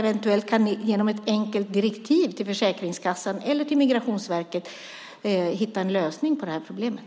Eventuellt kan ni genom ett enkelt direktiv till Försäkringskassan eller Migrationsverket hitta en lösning på det här problemet.